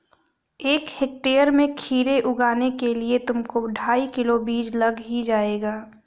एक हेक्टेयर में खीरे उगाने के लिए तुमको ढाई किलो बीज लग ही जाएंगे